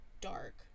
dark